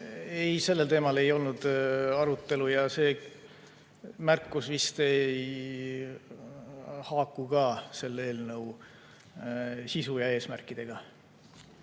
sellel teemal ei olnud arutelu. Ja see märkus vist ei haaku ka selle eelnõu sisu ja eesmärkidega.